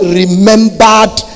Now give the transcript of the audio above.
remembered